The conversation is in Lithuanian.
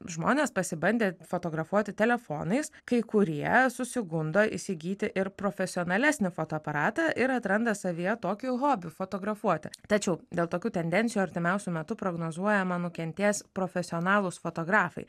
žmonės pasibandė fotografuoti telefonais kai kurie susigundo įsigyti ir profesionalesnį fotoaparatą ir atranda savyje tokį hobį fotografuoti tačiau dėl tokių tendencijų artimiausiu metu prognozuojama nukentės profesionalūs fotografai